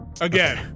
again